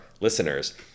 listeners